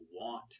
want